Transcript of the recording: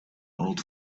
old